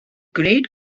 gwneud